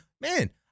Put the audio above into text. man